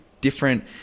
different